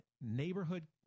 neighborhood